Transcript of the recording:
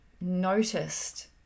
noticed